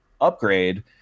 upgrade